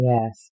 Yes